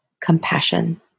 compassion